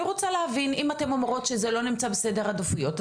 אני רוצה להבין אם אתן אומרות שזה לא נמצא בראש סדר העדיפויות,